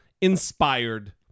inspired